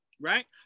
Right